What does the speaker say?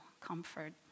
comfort